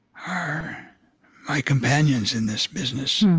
are my companions in this business.